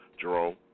Jerome